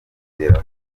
kugeraho